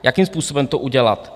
Jakým způsobem to udělat?